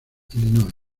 illinois